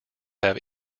have